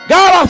God